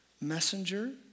messenger